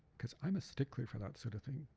because i'm a stickler for that sort of thing.